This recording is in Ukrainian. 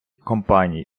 компаній